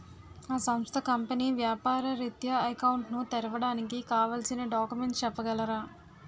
నా సంస్థ కంపెనీ వ్యాపార రిత్య అకౌంట్ ను తెరవడానికి కావాల్సిన డాక్యుమెంట్స్ చెప్పగలరా?